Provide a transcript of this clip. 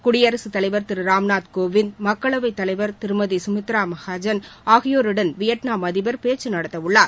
குடியரசுத் தலைவர் திரு ராம்நாத் கோவிந்த் மக்களவைத் தலைவர் திருமதி கமித்ரா மஹாஜன் ஆகியோருடன் வியட்நாம் அதிபர் பேச்சு நடத்த உள்ளார்